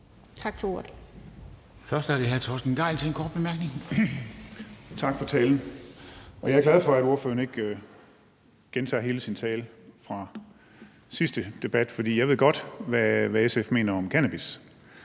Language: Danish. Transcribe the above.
Dam Kristensen): Først er det hr. Torsten Gejl til en kort bemærkning. Kl. 17:51 Torsten Gejl (ALT): Tak for talen, og jeg er glad for, at ordføreren ikke gentager hele sin tale fra den sidste debat, for jeg ved godt, hvad SF mener om cannabis.